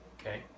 okay